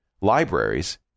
libraries